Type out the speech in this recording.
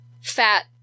fat